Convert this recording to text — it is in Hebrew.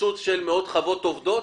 פיצוץ של מאות חוות עובדות?